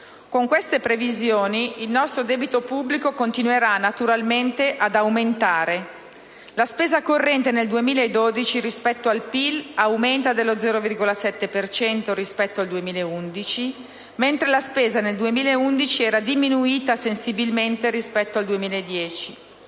Con queste previsioni il nostro debito pubblico continuerà naturalmente ad aumentare. La spesa corrente nel 2012 rispetto al PIL aumenta dello 0,7 per cento rispetto al 2011, mentre la spesa nel 2011 era diminuita sensibilmente rispetto al 2010.